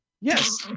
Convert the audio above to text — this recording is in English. Yes